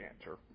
answer